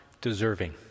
deserving